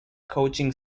coaching